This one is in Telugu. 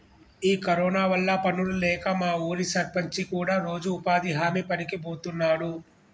ఈ కరోనా వల్ల పనులు లేక మా ఊరి సర్పంచి కూడా రోజు ఉపాధి హామీ పనికి బోతున్నాడు